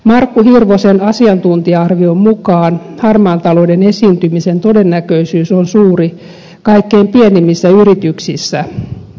markku hirvosen asiantuntija arvion mukaan harmaan talouden esiintymisen todennäköisyys on suuri kaikkein pienimmissä yrityksissä